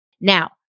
Now